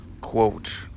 Quote